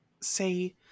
Say